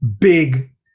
big